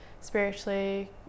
spiritually